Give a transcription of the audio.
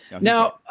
Now